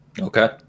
Okay